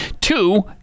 Two